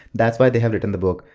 that's why they have written the book.